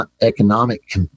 economic